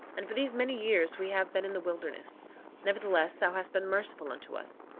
and for these many years we have been in the wilderness nevertheless, thou hast been merciful unto us.